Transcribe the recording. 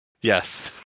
Yes